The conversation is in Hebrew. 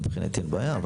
אני מבחינתי אין בעיה.